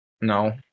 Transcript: No